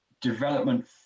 development